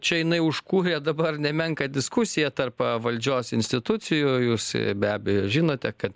čia jinai užkūrė dabar nemenką diskusiją tarp valdžios institucijų jūs be abejo žinote kad